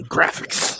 Graphics